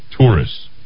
tourists